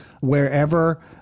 wherever